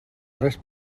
res